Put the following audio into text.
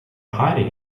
hiding